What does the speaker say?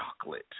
chocolate